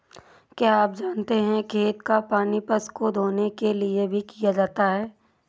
क्या आप जानते है खेत का पानी पशु को धोने के लिए भी किया जाता है?